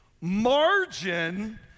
Margin